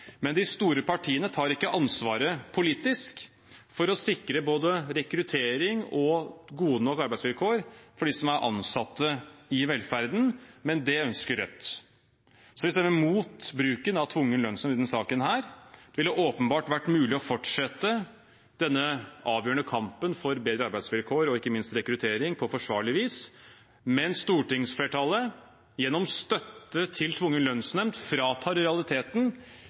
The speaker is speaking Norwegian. De store partiene tar ikke ansvar politisk for å sikre både rekruttering og gode nok arbeidsvilkår for dem som er ansatt i velferden, men det ønsker Rødt. Vi stemmer imot bruken av tvungen lønnsnemnd i denne saken. Det ville åpenbart vært mulig å fortsette denne avgjørende kampen for bedre arbeidsvilkår og ikke minst rekruttering på forsvarlig vis. Men stortingsflertallet, gjennom støtte til tvungen lønnsnemnd, fratar i realiteten